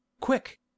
quick